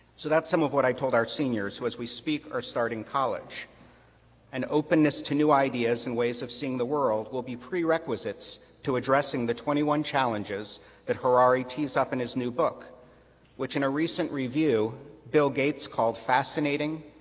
so that's some of what i told our seniors who as we speak are starting college and openness to new ideas and ways of seeing the world will be prerequisites to addressing the twenty one challenges that harari teased up in his new book which in a recent review, bill gates called fascinating,